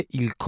il